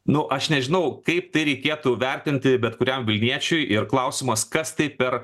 nu aš nežinau kaip tai reikėtų vertinti bet kuriam vilniečiui ir klausimas kas tai per